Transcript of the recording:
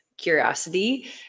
Curiosity